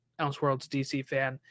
elseworldsdcfan